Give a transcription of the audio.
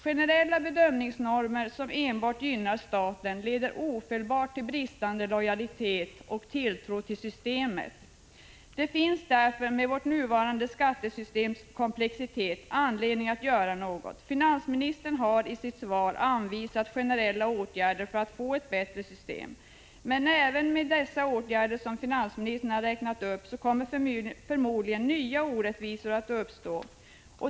Generella bedömningsnormer som enbart gynnar staten leder ofelbart till bristande lojalitet och tilltro till systemet. Med vårt nuvarande skattesystems komplexitet finns det därför anledning att göra något. Finansministern har i sitt svar anvisat generella åtgärder för att förbättra systemet. Men även med dessa åtgärder kommer förmodligen nya orättvisor att uppstå.